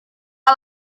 que